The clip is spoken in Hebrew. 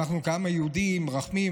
אנחנו כעם היהודי מרחמים,